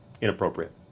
inappropriate